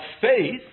faith